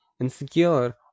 insecure